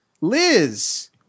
Liz